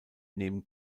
neben